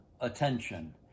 attention